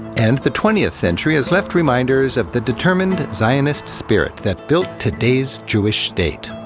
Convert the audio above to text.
and the twentieth century has left reminders of the determined zionist spirit that built today's jewish state.